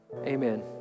Amen